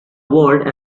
word